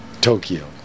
Tokyo